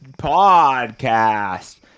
podcast